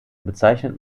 bezeichnet